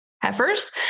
heifers